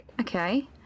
Okay